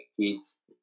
kids